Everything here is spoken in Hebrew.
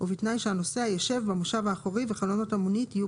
ובתנאי שהנוסע ישב במושב האחורי וחלונות המונית יהיו